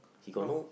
no